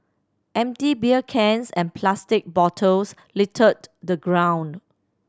empty beer cans and plastic bottles littered the ground